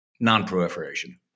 non-proliferation